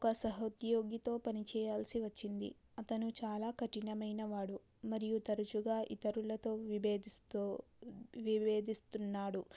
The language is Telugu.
ఒక సహ ఉద్యోగితో పని చేయాల్సి వచ్చింది అతను చాలా కఠినమైన వాడు మరియు తరుచుగా ఇతరులతో విభేదిస్తూ వివేధిస్తున్నాడు